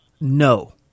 no